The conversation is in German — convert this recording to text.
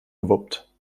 gewuppt